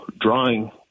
drawing